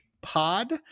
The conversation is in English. pod